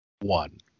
one